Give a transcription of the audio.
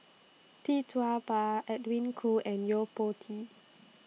Tee Tua Ba Edwin Koo and Yo Po Tee